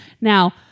Now